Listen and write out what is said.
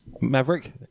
Maverick